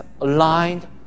aligned